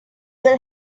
will